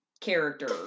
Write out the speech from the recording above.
character